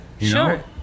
Sure